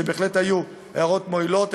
שבהחלט היו הערות מועילות,